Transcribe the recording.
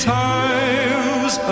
times